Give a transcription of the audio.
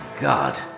god